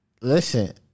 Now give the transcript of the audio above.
Listen